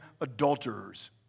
adulterers